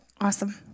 Awesome